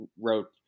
wrote